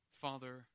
Father